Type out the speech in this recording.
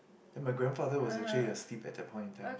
then my grandfather was actually asleep at that point in time